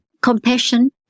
compassion